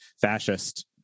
fascist